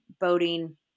boating